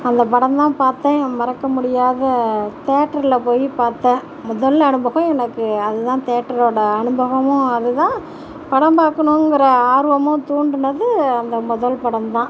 அந்த படம்லாம் பார்த்தும் மறக்க முடியாத தேட்டரில் போய் பார்த்தேன் முதல் அனுபகம் எனக்கு அதுதான் தேட்டரோட அனுபவமும் அதுதான் படம் பார்க்கணுங்குற ஆர்வமும் தூண்டினது அந்த முதல் படம் தான்